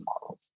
models